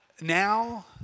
Now